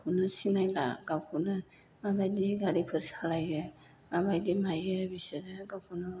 गावखौनो सिनायला गावखौनो माबायदि गारिफोर सालायो माबायदि मायो बिसोरो गावखौनो मोनदांनो हाला